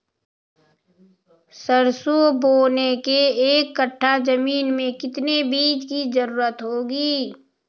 सरसो बोने के एक कट्ठा जमीन में कितने बीज की जरूरत होंगी?